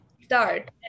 start